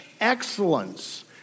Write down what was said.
excellence